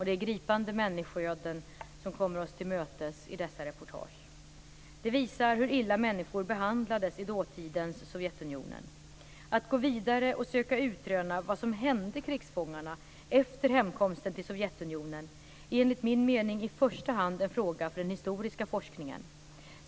Det är gripande människoöden som kommer oss till mötes i dessa reportage. De visar hur illa människor behandlades i dåtidens Sovjetunionen. Att gå vidare och söka utröna vad som hände krigsfångarna efter hemkomsten till Sovjetunionen är enligt min mening i första hand en fråga för den historiska forskningen.